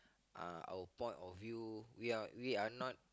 uh our point of view we are we are not